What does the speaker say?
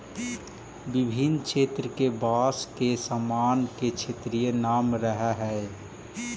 विभिन्न क्षेत्र के बाँस के सामान के क्षेत्रीय नाम रहऽ हइ